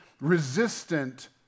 resistant